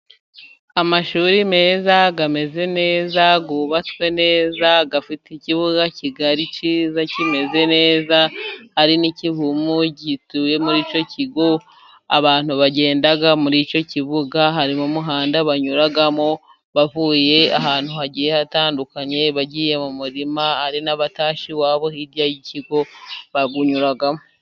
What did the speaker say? Amashuri meza ameze neza ,yubatswe neza ,afite ikibuga kigari cyiza, kimeze neza ,hari n'ikivumu gituye muri icyo kigo. Abantu bagenda muri icyo kibuga ,harimo umuhanda banyuramo bavuye ahantu hagiye hatandukanye, bagiye mu murima ,hari n'abatashye iwabo hirya y'ikigo bawunyuramo.